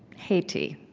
haiti.